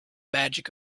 magic